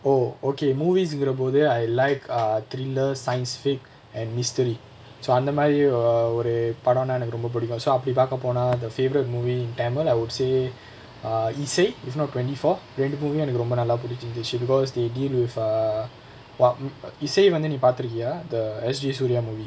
oh okay movies ங்குர போது:ngura pothu I like err thriller science fiction and mystery so அந்தமாரி:anthamaari oh ஒரு படோனா எனக்கு ரொம்ப புடிக்கும்:oru padonaa enakku romba pudikum so அப்டி பாக்க போனா:apdi paakka ponaa the favourite movie tamil I would say err Isai it's not twenty four ரெண்டு:rendu movie uh எனக்கு ரொம்ப நல்லா புடிச்சிருந்துச்சு:enakku romba nallaa pudichirunthuchu because they did with the ah இசை வந்து நீ பாத்திருக்கியா:isai vanthu nee paaathirukkiyaa the S_J suria movie